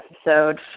episode